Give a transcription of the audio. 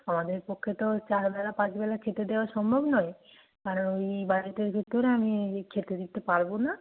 আমাদের পক্ষে তো চার বেলা পাঁচ বেলা খেতে দেওয়া সম্ভব নয় কারণ এই বাজেটের ভিতরে আমি খেতে দিতে পারব না